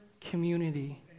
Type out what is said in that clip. community